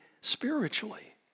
spiritually